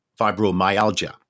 fibromyalgia